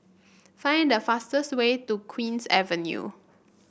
find the fastest way to Queen's Avenue